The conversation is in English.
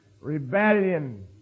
rebellion